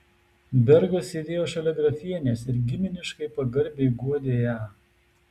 bergas sėdėjo šalia grafienės ir giminiškai pagarbiai guodė ją